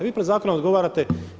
Vi pred zakonom odgovarate.